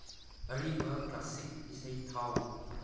ꯑꯔꯤꯕ ꯀ꯭ꯂꯥꯁꯤꯛ ꯏꯁꯩ ꯊꯥꯎ